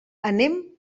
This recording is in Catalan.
anem